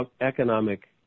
economic